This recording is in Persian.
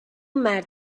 مرد